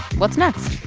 what's next?